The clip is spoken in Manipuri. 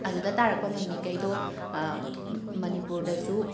ꯑꯗꯨꯗ ꯇꯥꯔꯛꯄ ꯃꯃꯤꯈꯩꯗꯣ ꯃꯅꯤꯄꯨꯔꯗꯁꯨ